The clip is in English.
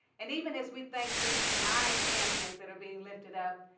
and even as we thank these nine champions that are being lifted up,